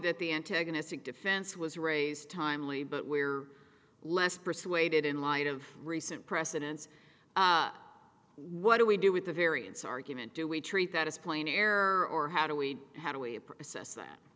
that the antagonistic defense was raised timely but we're less persuaded in light of recent precedents what do we do with the variance argument do we treat that as plain error or how do we how do